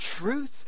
truth